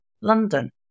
London